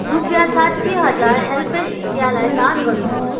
रुपियाँ साठी हजार हेल्प्ज इन्डियालाई दान गर्नुहोस्